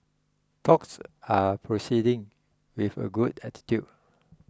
talks are proceeding with a good attitude